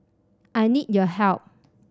I need your help